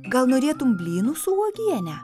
gal norėtum blynų su uogiene